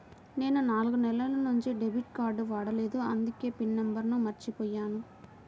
నేను నాలుగు నెలల నుంచి డెబిట్ కార్డ్ వాడలేదు అందుకే పిన్ నంబర్ను మర్చిపోయాను